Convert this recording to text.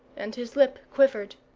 and his lip quivered.